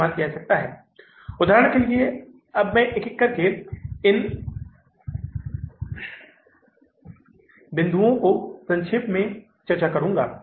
इसके लिए यदि आप उस बिक्री संग्रह अनुसूची को फिर से देखें जो हम पिछली कक्षाओं में तैयार कर चुके हैं